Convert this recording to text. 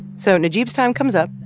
so najeeb's time comes up.